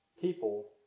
people